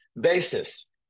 basis